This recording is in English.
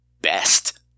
best